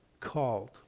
Called